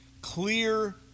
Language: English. clear